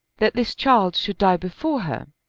that this child should die before her,